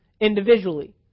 individually